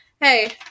Hey